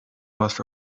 must